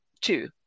Two